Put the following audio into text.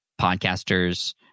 podcasters